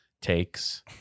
takes